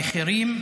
במחירים.